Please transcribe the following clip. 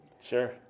Sure